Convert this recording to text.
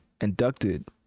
inducted